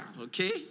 okay